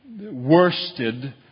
worsted